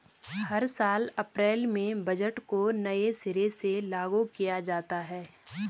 हर साल अप्रैल में बजट को नये सिरे से लागू किया जाता है